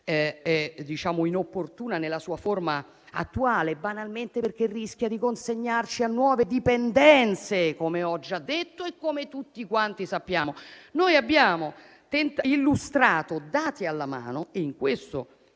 è inopportuna nella sua forma attuale, banalmente perché rischia di consegnarci a nuove dipendenze, come ho già detto e come tutti quanti sappiamo. Noi abbiamo illustrato, dati alla mano - e in questo